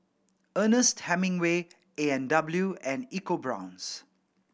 Ernest Hemingway A and W and EcoBrown's